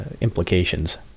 implications